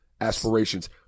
aspirations